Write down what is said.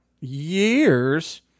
years